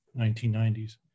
1990s